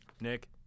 Nick